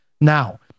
Now